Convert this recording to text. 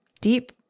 deep